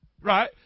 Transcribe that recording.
right